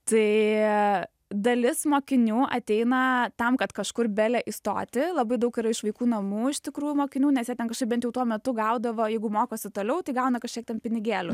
tai dalis mokinių ateina tam kad kažkur bele įstoti labai daug yra iš vaikų namų iš tikrųjų mokinių nes jie ten kažkaip bent tuo metu gaudavo jeigu mokosi toliau tai gauna kažkiek ten pinigėlių